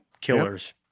Killers